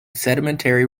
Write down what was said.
sedimentary